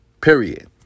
Period